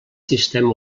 sistema